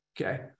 okay